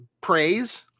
praise